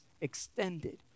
extended